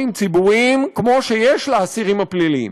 ציבוריים כמו שיש לאסירים הפליליים,